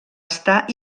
estar